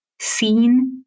seen